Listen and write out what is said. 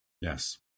Yes